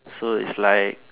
so it's like